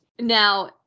Now